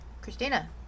Christina